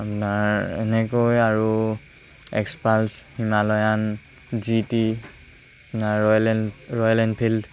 আপোনাৰ এনেকৈ আৰু Xpulse Himalayan G T Royal এন ৰয়েল এনফিল্ড